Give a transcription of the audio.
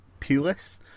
Pulis